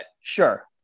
sure